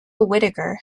whittaker